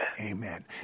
Amen